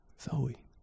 Zoe